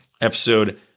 episode